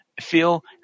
feel